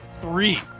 three